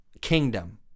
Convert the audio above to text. kingdom